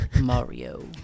Mario